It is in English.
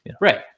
Right